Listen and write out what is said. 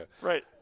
Right